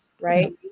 right